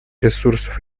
ресурсов